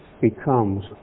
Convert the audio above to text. becomes